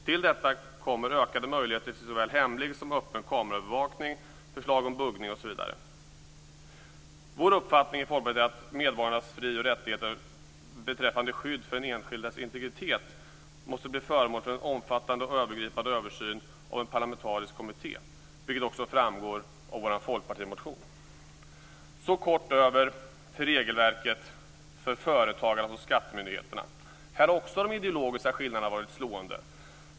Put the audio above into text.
Till detta kommer ökade möjligheter till såväl hemlig som öppen kameraövervakning, förslag om buggning osv. Vår uppfattning i Folkpartiet är att medborgarnas fri och rättigheter beträffande skydd för den enskildes integritet måste bli föremål för en omfattande och övergripande översyn av en parlamentarisk kommitté, vilket också framgår av vår Folkpartimotion. Jag går så över till regelverket för företagarna hos skattemyndigheterna. Här har också de ideologiska skillnaderna varit slående.